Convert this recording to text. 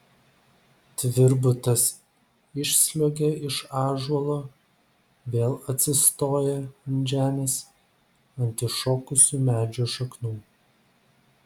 tvirbutas išsliuogia iš ąžuolo vėl atsistoja ant žemės ant iššokusių medžio šaknų